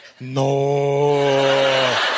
No